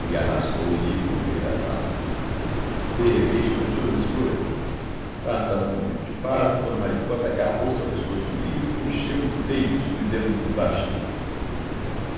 e arrastou o lírio para o meio da sala de repente ficou tudo às escuras passado um momento de pasmo d maricota agarrou-se ao pescoço do lírio e encheu-o de beijos dizendo muito baixinho